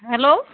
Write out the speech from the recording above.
hello